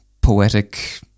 poetic